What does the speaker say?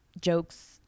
jokes